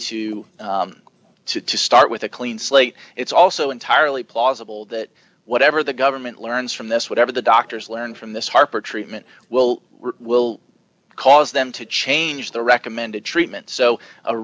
to to to start with a clean slate it's also entirely plausible that whatever the government learns from this whatever the doctors learn from this harper treatment will will cause them to change the recommended